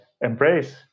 embrace